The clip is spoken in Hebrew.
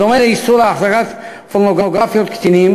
בדומה לאיסור החזקת פורנוגרפיית קטינים,